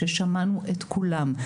ששמענו את כולם,